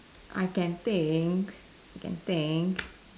I can think can think